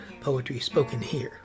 poetryspokenhere